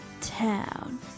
town